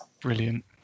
Brilliant